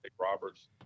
robert's